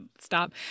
stop